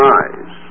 eyes